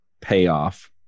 payoff